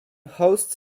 hosts